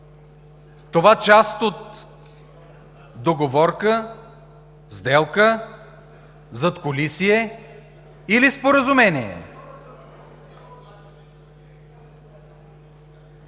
Това част от договорка, сделка, задкулисие или споразумение?